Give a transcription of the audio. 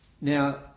now